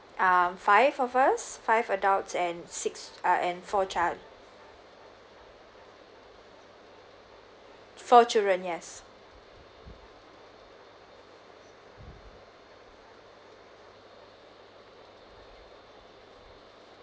um five of us five adults and six uh and four child four children yes